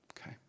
Okay